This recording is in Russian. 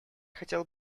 хотел